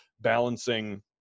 balancing